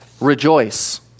rejoice